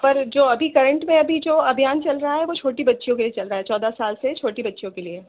पर जो अभी करेन्ट में अभी जो अभियान चल रहा है वह छोटी बच्चियों के चल रहा है चौदह साल से छोटी बच्चियों के लिए